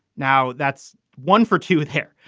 now, that's one for two with hair.